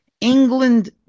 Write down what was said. England